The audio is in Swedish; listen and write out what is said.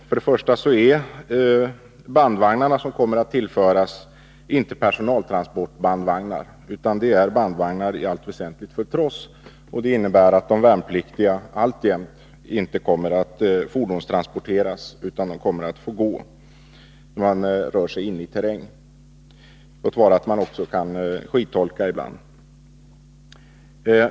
För det första är bandvagnarna som kommer att tillföras inte personaltransportbandvagnar, utan de är i allt väsentligt bandvagnar för tross. Det innebär att de värnpliktiga alltjämt inte kommer att fordonstransporteras utan kommer att få gå när de rör sig i terräng. Låt vara att de ibland kan skidtolka.